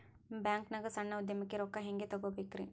ಬ್ಯಾಂಕ್ನಾಗ ಸಣ್ಣ ಉದ್ಯಮಕ್ಕೆ ರೊಕ್ಕ ಹೆಂಗೆ ತಗೋಬೇಕ್ರಿ?